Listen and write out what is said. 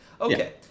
Okay